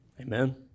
Amen